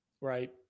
Right